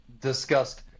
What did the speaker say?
discussed